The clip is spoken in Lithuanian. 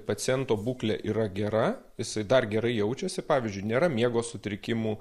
paciento būklė yra gera jisai dar gerai jaučiasi pavyzdžiui nėra miego sutrikimų